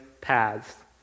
paths